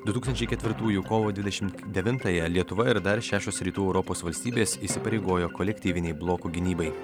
du tūkstančiai ketvirtųjų kovo dvidešimt devintąją lietuva ir dar šešios rytų europos valstybės įsipareigojo kolektyvinei bloko gynybai